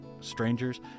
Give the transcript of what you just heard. strangers